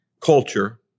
culture